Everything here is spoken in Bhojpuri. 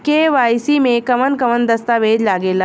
के.वाइ.सी में कवन कवन दस्तावेज लागे ला?